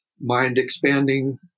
mind-expanding